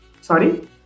sorry